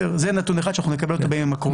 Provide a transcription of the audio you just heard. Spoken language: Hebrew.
זה נתון אחד שאנחנו נקבל אותו בימים הקרובים.